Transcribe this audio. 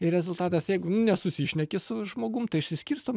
ir rezultatas jeigu nesusišneki su žmogum tai išsiskirstom